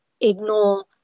ignore